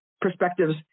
perspectives